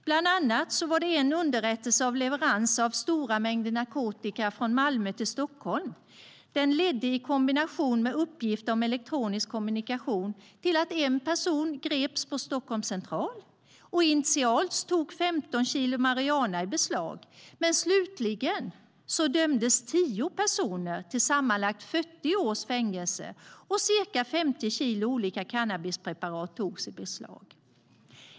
Bland annat ledde en underrättelse om leveranser av stora mängder narkotika från Malmö till Stockholm i kombination med uppgifter om elektronisk kommunikation till att en person greps på Stockholms central. Initialt togs 15 kilo marijuana i beslag. Slutligen dömdes tio personer till sammanlagt 40 års fängelse, och ca 50 kilo olika cannabispreparat togs i beslag.